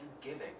giving